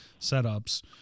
setups